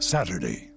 Saturday